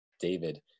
David